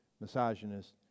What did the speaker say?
misogynist